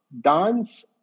dance